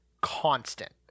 constant